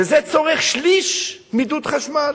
וזה צורך שליש מדוד חשמל.